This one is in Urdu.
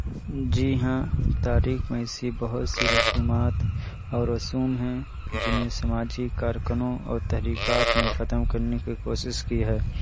جی ہاں تاریخ میں ایسی بہت سی رسومات اور رسوم ہیں جنہیں سماجی کارکنوں اور تحریکات نے ختم کرنے کی کوشش کی ہے